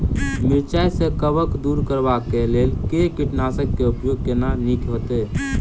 मिरचाई सँ कवक दूर करबाक लेल केँ कीटनासक केँ उपयोग केनाइ नीक होइत?